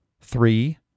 Three